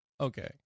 Okay